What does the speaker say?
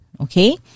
Okay